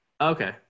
Okay